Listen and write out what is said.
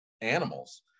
animals